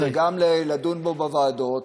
וגם לדון בו בוועדות.